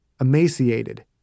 emaciated